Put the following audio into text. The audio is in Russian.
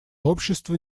общество